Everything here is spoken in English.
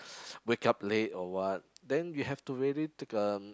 wake up late or what then you have to really take um